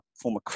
former